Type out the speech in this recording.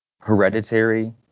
Hereditary